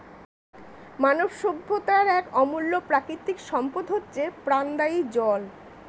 মানব সভ্যতার এক অমূল্য প্রাকৃতিক সম্পদ হচ্ছে প্রাণদায়ী জল